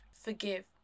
forgive